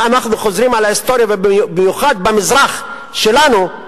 אם אנחנו חוזרים על ההיסטוריה, במיוחד במזרח שלנו,